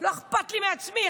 לא אכפת לי מעצמי,